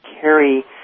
carry